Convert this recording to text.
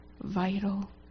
vital